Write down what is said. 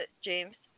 James